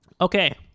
Okay